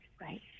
right